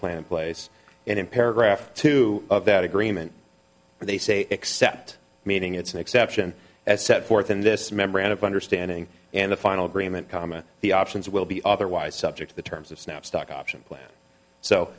plan in place and in paragraph two of that agreement they say except meaning it's an exception as set forth in this memorandum of understanding and the final agreement comma the options will be otherwise subject to the terms of snap stock option plan so